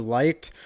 liked